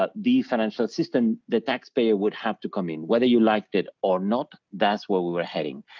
but the financial system, the taxpayer would have to come in, whether you liked it or not, that's what we were heading.